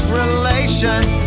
relations